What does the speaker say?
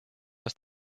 aus